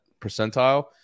percentile